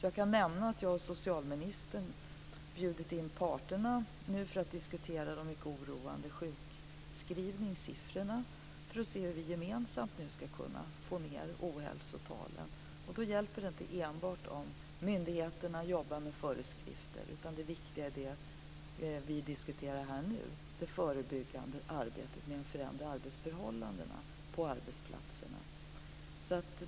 Jag kan nämna att jag och socialministern har bjudit in parterna för att diskutera de mycket oroande sjukskrivningssiffrorna och se hur vi gemensamt ska kunna få ned ohälsotalen. Då hjälper det inte enbart om myndigheterna jobbar med föreskrifter, utan det viktiga är det som vi diskuterar här nu, det förebyggande arbetet med att förändra arbetsförhållandena på arbetsplatserna.